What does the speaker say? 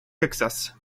texas